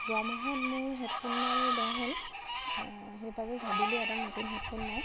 যোৱা মাহত মোৰ হেডফোনডাল বেয়া হ'ল সেইবাবে ভাবিলোঁ এডাল নতুন হেডফোন লওঁ